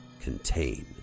Contain